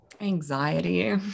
anxiety